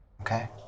Okay